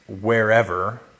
wherever